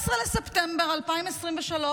ב-11 בספטמבר 2023,